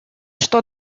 что